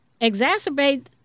exacerbate